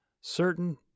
Certain